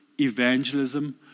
evangelism